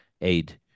aid